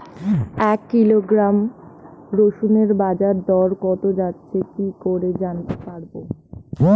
এক কিলোগ্রাম রসুনের বাজার দর কত যাচ্ছে কি করে জানতে পারবো?